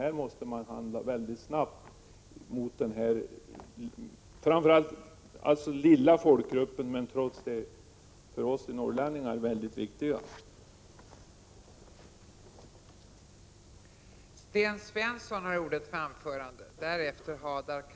Här måste man handla snabbt för den här lilla men trots det för oss norrlänningar mycket viktiga folkgrupps skull.